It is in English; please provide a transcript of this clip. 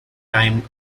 timed